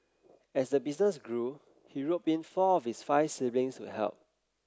as the business grew he roped in four of his five siblings to help